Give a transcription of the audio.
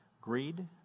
greed